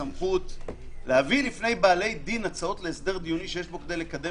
סמכות להביא לפני בעלי דין הצעות להסדר דיוני שיש בו כדי לקדם